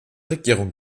regierung